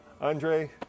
Andre